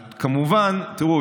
תראו,